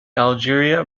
algeria